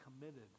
committed